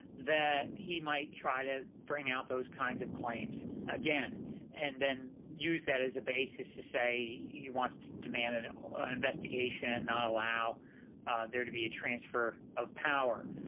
that he might try to bring out those kinds of claims again and then use that as a basis to say he wants to demand an investigation and not allow there to be a transfer of power.